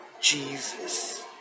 Jesus